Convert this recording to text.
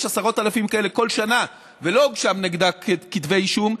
יש עשרות אלפים כאלה כל שנה ולא הוגשו נגדם כתבי אישום,